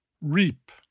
Reap